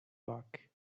pack